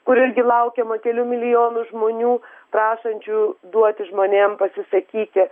kur irgi laukiama kelių milijonų žmonių prašančių duoti žmonėm pasisakyti